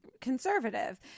conservative